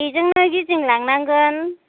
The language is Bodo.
बेजोंनो गिदिंलांनांगोन